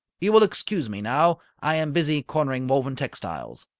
you will excuse me now. i am busy cornering woven textiles.